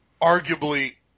arguably